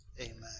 Amen